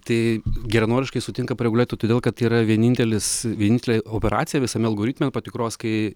tai geranoriškai sutinka pareguliuoti todėl kad tai yra vienintelis vienintelė operacija visame algoritme patikros kai